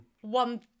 one